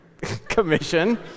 commission